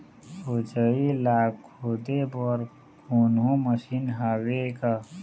कोचई ला खोदे बर कोन्हो मशीन हावे का?